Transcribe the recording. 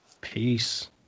Peace